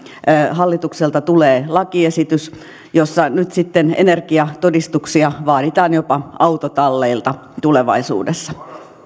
hallitukselta tulee lakiesitys jossa nyt sitten energiatodistuksia vaaditaan jopa autotalleilta tulevaisuudessa